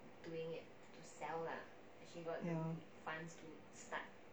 ya